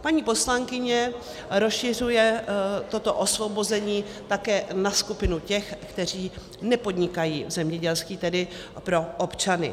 Paní poslankyně rozšiřuje toto osvobození také na skupinu těch, kteří nepodnikají v zemědělství, tedy pro občany.